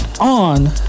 on